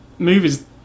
Movies